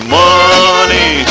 money